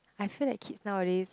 I feel that kids nowadays